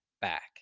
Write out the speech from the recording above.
back